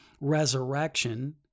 resurrection